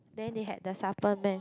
then they had the supper meh